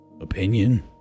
opinion